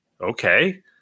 Okay